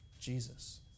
Jesus